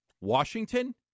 Washington